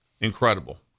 Incredible